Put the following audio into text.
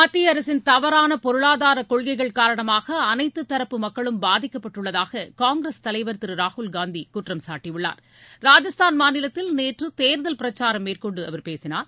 மத்திய அரசின் தவறான பொருளாதார கொள்கைகள் காரணமாக அனைத்து தரப்பு மக்களும் பாதிக்கப்பட்டுள்ளதாக காங்கிரஸ் தலைவர் திரு ராகுல்காந்தி குற்றம் சாட்டியுள்ளார் ராஜஸ்தான் மாநிலத்தில் நேற்று தேர்தல் பிரச்சாரம் மேற்கொண்டு அவர் பேசினார்